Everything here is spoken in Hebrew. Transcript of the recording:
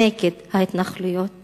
נגד ההתנחלויות